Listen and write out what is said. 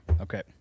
Okay